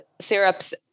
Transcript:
syrups